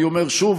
אני אומר שוב,